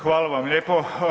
Hvala vam lijepo.